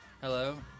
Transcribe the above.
hello